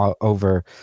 over